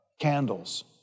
candles